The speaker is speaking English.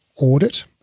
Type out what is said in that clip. audit